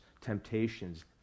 temptations